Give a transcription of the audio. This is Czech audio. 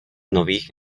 nových